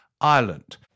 Ireland